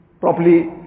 properly